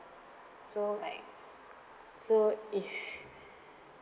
so like so if